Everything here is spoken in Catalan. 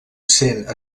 essent